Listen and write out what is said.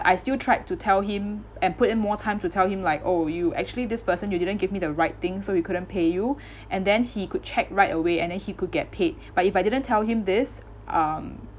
I still tried to tell him and put in more time to tell him like oh you actually this person you didn't give me the right thing so we couldn't pay you and then he could check right away and then he could get paid but if I didn't tell him this um